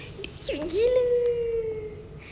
cute gila